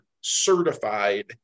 certified